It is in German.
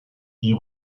die